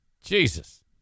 Jesus